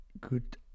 good